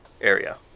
area